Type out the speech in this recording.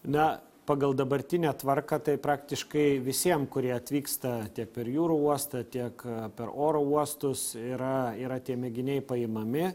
na pagal dabartinę tvarką tai praktiškai visiem kurie atvyksta per jūrų uostą tiek per oro uostus yra yra tie mėginiai paimami